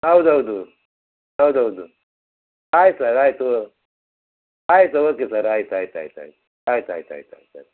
ಹೌದ್ ಹೌದು ಹೌದ್ ಹೌದು ಆಯ್ತು ಸರ್ ಆಯಿತು ಆಯ್ತು ಓಕೆ ಸರ್ ಆಯ್ತು ಆಯ್ತು ಆಯ್ತು ಆಯ್ತು ಆಯ್ತು ಆಯ್ತು ಆಯ್ತು ಆಯ್ತು ಆಯ್ತು